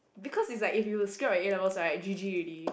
because it's like if you screw up your A-levels right G G already